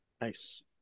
nice